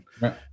right